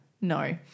No